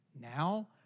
Now